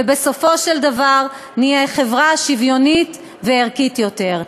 ובסופו של דבר נהיה חברה שוויונית וערכית יותר.